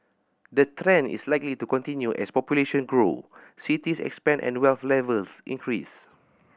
the trend is likely to continue as population grow cities expand and wealth levels increase